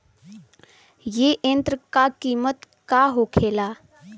ए यंत्र का कीमत का होखेला?